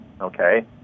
okay